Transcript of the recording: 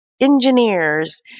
engineers